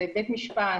זה בית משפט.